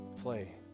play